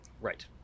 right